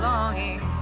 Longing